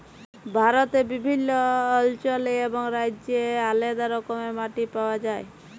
ভারতে বিভিল্ল্য অল্চলে এবং রাজ্যে আলেদা রকমের মাটি পাউয়া যায়